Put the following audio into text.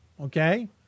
okay